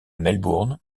melbourne